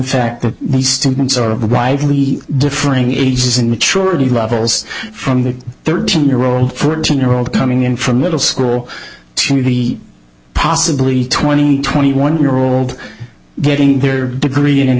fact that the students are widely differing ages and maturity levels from the thirteen year old fourteen year old coming in from middle school to be possibly twenty twenty one year old getting their degree in an